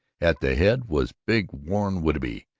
at the head was big warren whitby,